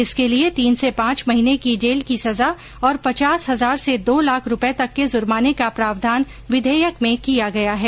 इसके लिए तीन से पांच महीने की जेल की सजा और पचास हजार से दो लाख रूपए तक के जूमाने का प्रावधान विधेयक में किया गया है